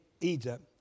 Egypt